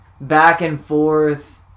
back-and-forth